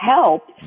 help